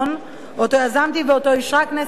שאותו יזמתי ואותו אישרה כנסת ישראל